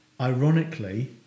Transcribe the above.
Ironically